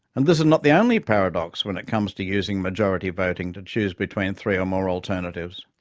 and this is not the only paradox when it comes to using majority voting to choose between three or more alternatives.